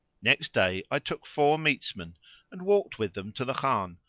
next day i took four metesmen and walked with them to the khan,